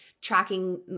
tracking